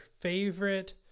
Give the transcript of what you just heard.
favorite